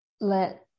let